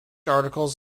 articles